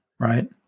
right